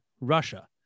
Russia